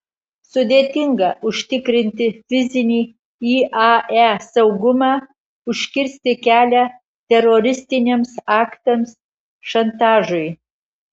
sudėtinga užtikrinti fizinį iae saugumą užkirsti kelią teroristiniams aktams šantažui